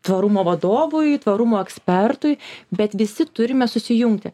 tvarumo vadovui tvarumo ekspertui bet visi turime susijungti